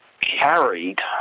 carried